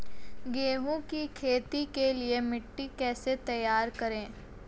गेहूँ की खेती के लिए मिट्टी कैसे तैयार करें?